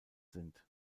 sind